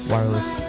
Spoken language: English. Wireless